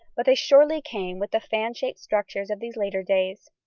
but they surely came with the fan-shaped structures of these later days.